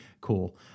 Cool